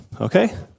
Okay